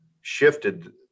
shifted